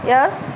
Yes